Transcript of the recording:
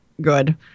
good